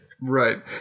Right